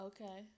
Okay